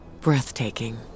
Breathtaking